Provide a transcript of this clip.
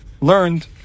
learned